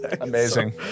Amazing